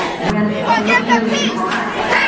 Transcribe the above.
when europeans arrived,